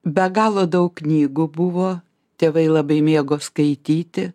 be galo daug knygų buvo tėvai labai mėgo skaityti